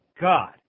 God